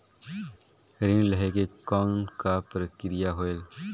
ऋण लहे के कौन का प्रक्रिया होयल?